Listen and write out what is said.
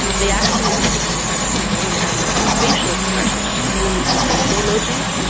they actually hit the same part of the brain as a ah facial expression does, when you use the facial emojis.